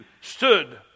stood